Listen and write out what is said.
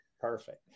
perfect